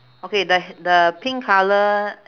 okay the the pink colour